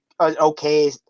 okay